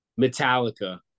metallica